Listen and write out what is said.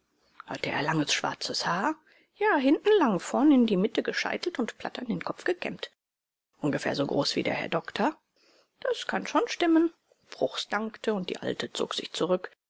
hatte er langes schwarzes haar ja hinten lang vorne in die mitte gescheitelt und platt an den kopf gekämmt ungefähr so groß wie der herr doktor das kann schon stimmen bruchs dankte und die alte zog sich zurück